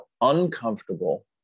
uncomfortable